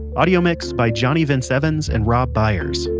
audio mix by johnny vince evans and rob byers.